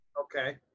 Okay